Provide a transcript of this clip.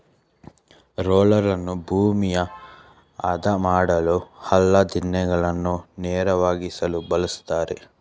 ರೋಲರನ್ನು ಭೂಮಿಯ ಆದ ಮಾಡಲು, ಹಳ್ಳ ದಿಣ್ಣೆಗಳನ್ನು ನೇರವಾಗಿಸಲು ಬಳ್ಸತ್ತರೆ